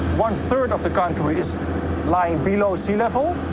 one-third of the country is lying below sea level,